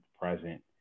present